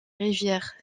rivière